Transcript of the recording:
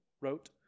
wrote